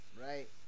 Right